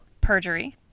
Perjury